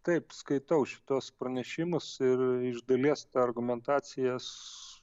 taip skaitau šituos pranešimus ir iš dalies argumentacijas